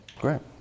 Great